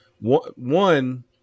one